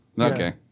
Okay